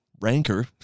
rancor